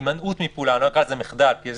הימנעות מפעולה אני לא אקרא לזה מחדל כי יש